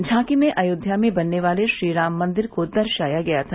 झांकी में अयोध्या में बनने वाले श्रीराम मंदिर को दर्शाया गया था